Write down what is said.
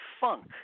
funk